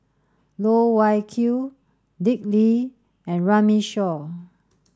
Loh Wai Kiew Dick Lee and Runme Shaw